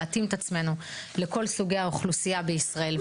להתאים את עצמנו לכל סוגי האוכלוסייה בישראל,